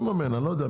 אני לא יודע.